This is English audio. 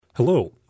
Hello